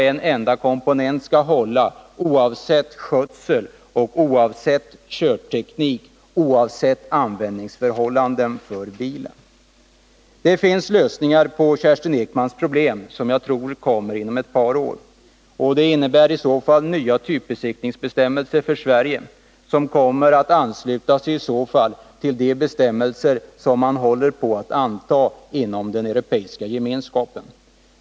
En enda komponent skall hålla oavsett skötsel, körteknik och användande av bilen. Det finns lösningar på Kerstin Ekmans problem som jag tror kommer inom ett par år. Det innebär i så fall nya typbesiktningsbestämmelser för Sverige, vilka då ansluts till de bestämmelser som man håller på att anta inom den europeiska gemenskapen.